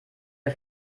für